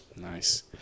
Nice